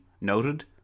noted